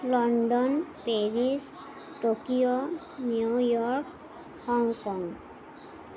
London Paris Tokyo New York Hong Kong